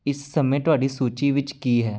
ਇਸ ਸਮੇਂ ਤੁਹਾਡੀ ਸੂਚੀ ਵਿੱਚ ਕੀ ਹੈ